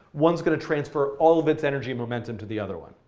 one's going to transfer all of its energy momentum to the other one.